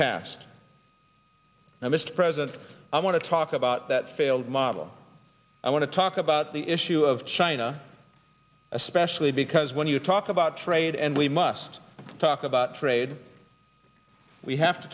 now mr president i want to talk about that failed model i want to talk about the issue of china especially because when you talk about trade and we must talk about trade we have to